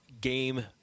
game